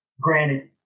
Granted